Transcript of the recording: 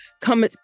come